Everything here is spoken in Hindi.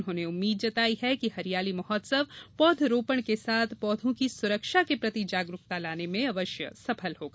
उन्होंने उम्मीद जताई है कि कि हरियाली महोत्सव पौध रोपण के साथ पौधों की सुरक्षा के प्रति जागरूकता लाने में अवश्य सफल होगा